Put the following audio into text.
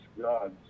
gods